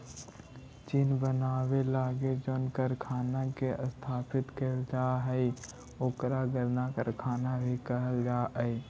चीनी बनावे लगी जउन कारखाना के स्थापना कैल जा हइ ओकरा गन्ना कारखाना भी कहल जा हइ